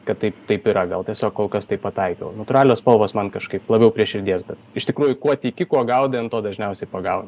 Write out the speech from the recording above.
kad taip taip yra gal tiesiog kol kas taip pataikiau natūralios spalvos man kažkaip labiau prie širdies bet iš tikrųjų kuo tiki kuo gaudai ant to dažniausiai pagauni